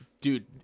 Dude